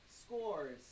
scores